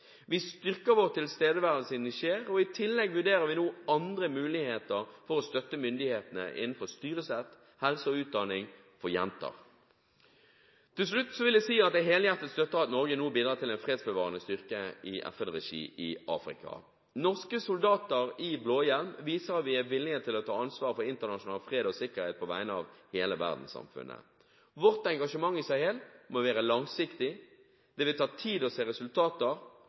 Vi styrker vår tilstedeværelse i Niger, og i tillegg vurderer vi nå andre muligheter for å støtte myndighetene innenfor styresett, helse og utdanning for jenter. Til slutt vil jeg si at jeg helhjertet støtter at Norge nå bidrar til en fredsbevarende styrke i FN-regi i Afrika. Norske soldater i blåhjelm viser at vi er villig til å ta ansvar for internasjonal fred og sikkerhet på vegne av hele verdenssamfunnet. Vårt engasjement i Sahel må være langsiktig. Det vil ta tid å se resultater.